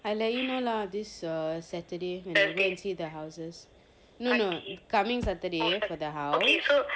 I let you know lah this uh saturday when I go and see the houses no no coming saturday for the house